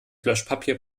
löschpapier